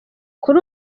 kuri